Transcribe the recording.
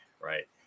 right